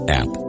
app